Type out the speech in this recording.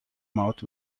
mouth